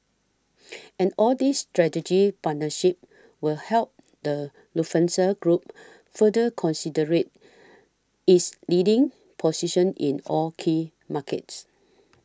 and all these strategic partnerships will help the Lufthansa Group further considerate is leading position in all key markets